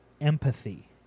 empathy